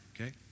okay